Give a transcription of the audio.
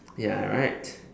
ya right